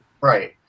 Right